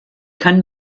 kann